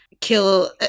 kill